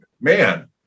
man